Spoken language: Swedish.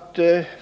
ordinarie anslaget.